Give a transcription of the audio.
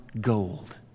gold